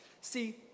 See